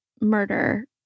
murder